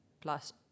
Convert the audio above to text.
plus